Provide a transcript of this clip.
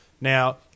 Now